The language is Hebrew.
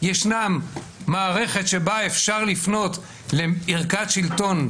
ישנה מערכת שבה אפשר לפנות לערכאת שלטון,